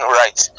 right